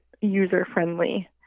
user-friendly